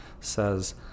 says